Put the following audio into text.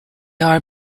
are